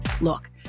Look